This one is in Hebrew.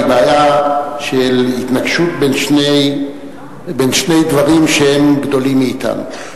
בעיה של התנגשות בין שני דברים שהם גדולים מאתנו.